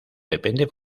depende